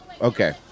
Okay